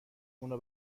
اونو